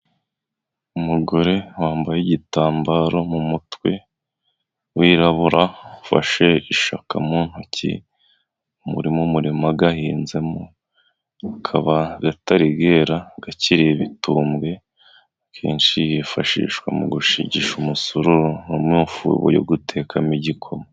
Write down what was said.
Umugore wambaye igitambaro mu mutwe wirabura, ufashe ishaka mu ntoki, uri mu murima ahinzemo akaba atari yera, akiri ibitumbwe akeshi yifashishwa mu gushigisha umusuru, no mu ifu yo gutekamo igikoma.